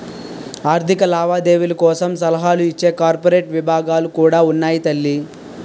ఆర్థిక లావాదేవీల కోసం సలహాలు ఇచ్చే కార్పొరేట్ విభాగాలు కూడా ఉన్నాయి తల్లీ